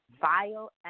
vile